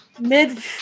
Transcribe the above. Mid